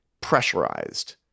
pressurized